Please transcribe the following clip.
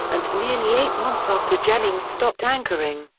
and nearly eight months after jennings stopped anchoring,